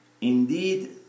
indeed